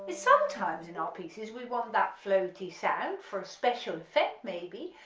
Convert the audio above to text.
sometimes in our pieces we want that floaty sound for a special effect maybe,